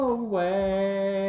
away